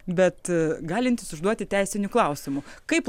bet galintis užduoti teisinių klausimų kaip